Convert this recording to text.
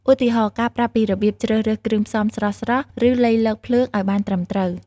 ឧទាហរណ៍ ការប្រាប់ពីរបៀបជ្រើសរើសគ្រឿងផ្សំស្រស់ៗ ឬលៃលកភ្លើងឱ្យបានត្រឹមត្រូវ។